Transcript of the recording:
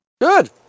Good